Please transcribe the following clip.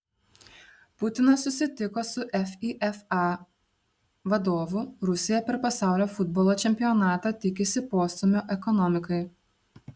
putinas susitiko su fifa vadovu rusija per pasaulio futbolo čempionatą tikisi postūmio ekonomikai